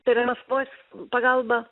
tai yra maskvos pagalba